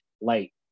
light